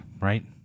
right